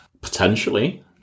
Potentially